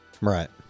Right